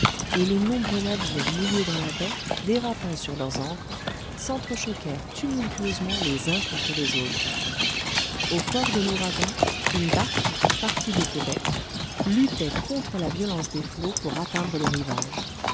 et les nombreux navires mouillés dans la baie dérapant sur leurs ancres sentre choquèrent tumultueusement les uns contre les autres au fort de l'ouragan une barque partie de québec luttait contre la violence des flots pour atteindre le rivage